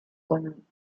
con